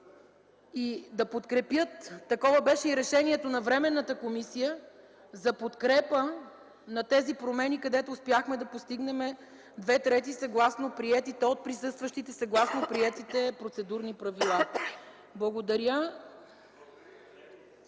и да подкрепят, каквото беше и решението на Временната комисия – за подкрепа на тези промени, където успяхме да постигнем 2/3 от присъстващите, съгласно приетите процедурни правила. Благодаря.